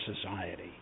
society